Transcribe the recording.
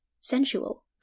sensual